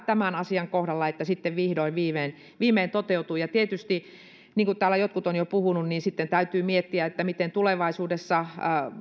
tämän asian kohdalla että nyt sitten vihdoin viimein viimein toteutuu tietysti niin kuin täällä jotkut ovat jo puhuneet sitten täytyy miettiä miten tulevaisuudessa